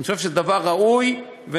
אני חושב שזה דבר ראוי ונכון.